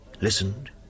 listened